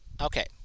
Okay